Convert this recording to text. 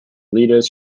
leaders